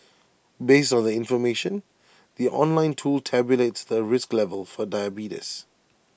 based on the information the online tool tabulates the risk level for diabetes